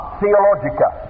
theologica